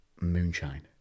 moonshine